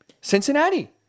Cincinnati